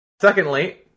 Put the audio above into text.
Secondly